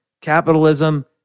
capitalism